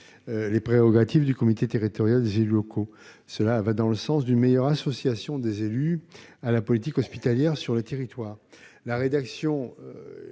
les prérogatives du comité territorial des élus locaux. Cela va dans le sens d'une meilleure association des élus à la politique hospitalière sur le territoire. La commission